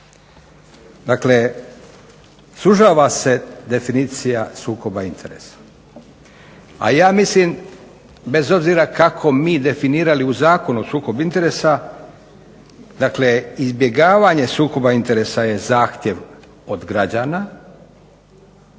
Dakle sužava se definicija sukoba interesa, a ja mislim bez obzira kako mi definirali u Zakon o sukobu interesa, dakle izbjegavanje sukoba interesa je zahtjev od građana,